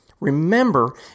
Remember